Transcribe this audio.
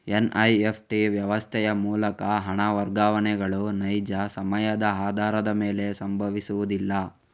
NEFT ವ್ಯವಸ್ಥೆಯ ಮೂಲಕ ಹಣ ವರ್ಗಾವಣೆಗಳು ನೈಜ ಸಮಯದ ಆಧಾರದ ಮೇಲೆ ಸಂಭವಿಸುವುದಿಲ್ಲ